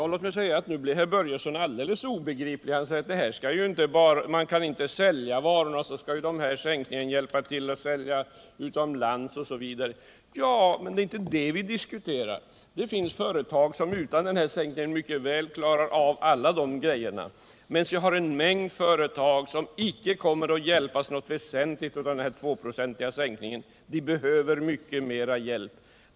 Herr talman! Nu blev herr Börjesson alldeles obegriplig. Han sade att företagen inte kan sälja sina varor och att sänkningen av arbetsgivaravgiften skall hjälpa företagen att sälja utomlands osv. Men det är inte detta vi diskuterar. Det finns företag som utan den här sänkningen mycket väl klarar av att sälja, men det finns en mängd företag som inte kommer att hjälpas något väsentligt av sänkningen. De behöver mycket mera hjälp.